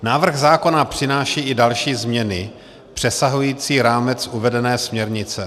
Návrh zákona přináší i další změny, přesahující rámec uvedené směrnice.